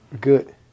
Good